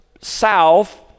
south